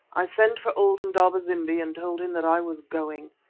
i sent for old indaba-zimbi and told him that i was going.